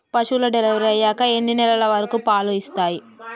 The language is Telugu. పశువులు డెలివరీ అయ్యాక ఎన్ని నెలల వరకు పాలు ఇస్తాయి?